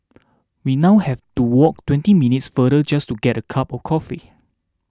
we now have to walk twenty minutes farther just to get a cup of coffee